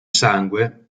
sangue